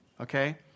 okay